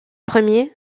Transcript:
premiers